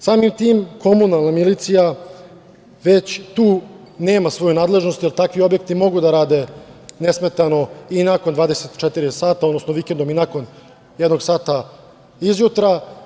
Samim tim, komunalna milicija već tu nema svoju nadležnost, jer takvi objekti mogu da rade nesmetano i nakon 24 sata, odnosno vikendom i nakon jednog sata izjutra.